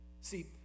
See